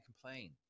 complain